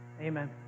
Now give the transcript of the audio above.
amen